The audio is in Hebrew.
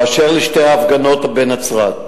באשר לשתי ההפגנות בנצרת,